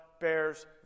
bears